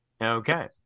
okay